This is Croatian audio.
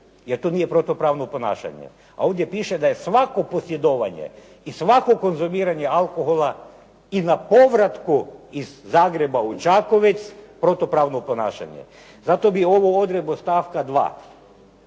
jer to nije protupravno ponašanje. A ovdje piše da je svako posjedovanje i svako konzumiranje alkohola i na povratku iz Zagreba u Čakovec protupravno ponašanje. Zato bi ovu odredbu stavka 2.